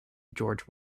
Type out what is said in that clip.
george